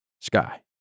Sky